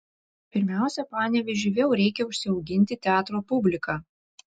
pirmiausia panevėžiui vėl reikia užsiauginti teatro publiką